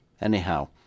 Anyhow